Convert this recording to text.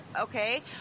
okay